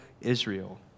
Israel